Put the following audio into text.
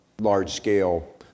large-scale